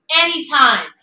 anytime